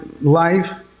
life